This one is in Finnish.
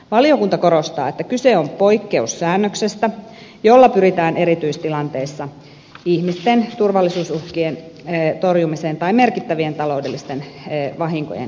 valiokunta korostaa että kyse on poikkeussäännöksestä jolla pyritään erityistilanteissa ihmisten turvallisuusuhkien torjumiseen tai merkittävien taloudellisten vahinkojen estämiseen